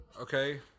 okay